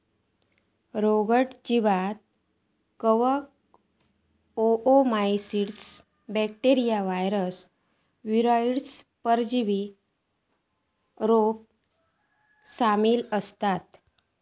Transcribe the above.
रोगट जीवांत कवक, ओओमाइसीट्स, बॅक्टेरिया, वायरस, वीरोइड, परजीवी रोपा शामिल हत